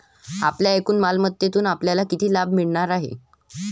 आपल्या एकूण मालमत्तेतून आपल्याला किती लाभ मिळणार आहे?